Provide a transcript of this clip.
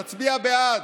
תצביע בעד.